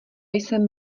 jsem